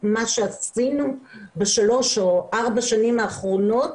את מה שעשינו בשלוש או ארבע השנים האחרונות,